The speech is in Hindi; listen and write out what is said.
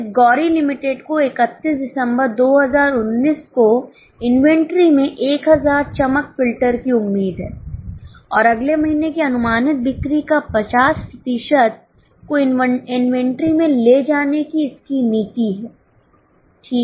अब इस गौरी लिमिटेड को 31 दिसंबर 2019 को इन्वेंट्री में 1000 चमक फिल्टर की उम्मीद है और अगले महीने की अनुमानित बिक्री का 50 प्रतिशत को इन्वेंट्री में ले जाने की इसकी नीति है ठीक है